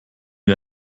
wir